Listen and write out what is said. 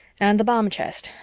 and the bomb chest,